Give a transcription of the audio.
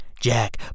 Jack